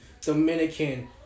Dominican